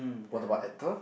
what about actor